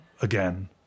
again